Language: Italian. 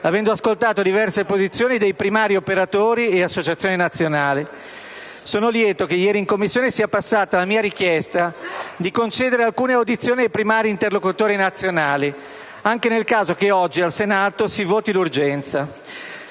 avendo ascoltato diverse posizioni dei primari operatori e associazioni nazionali. Sono lieto che ieri in Commissione sia passata la mia richiesta di concedere alcune audizioni ai primari interlocutori nazionali, anche nel caso in cui oggi il Senato voti a